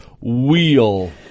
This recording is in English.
WHEEL